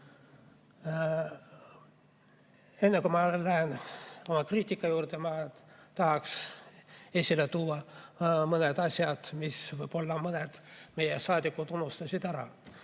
kui ma lähen kriitika juurde, ma tahaks esile tuua mõned asjad, mis võib-olla mõned meie saadikud on ära